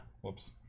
Whoops